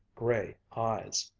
gray eyes.